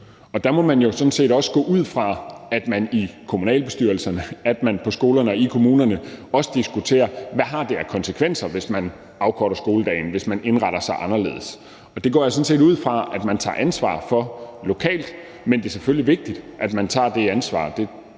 Der må man jo sådan set også gå ud fra, at man i kommunalbestyrelserne – at man på skolerne og i kommunerne – også diskuterer, hvad det har af konsekvenser, hvis man afkorter skoledagen og indretter sig anderledes. Det går jeg sådan set ud fra at man tager ansvar for lokalt. Men det er selvfølgelig vigtigt, at man tager det ansvar,